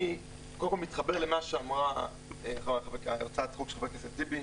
אני קודם כל מתחבר למה שאמרה הצעת החוק של ח"כ טיבי,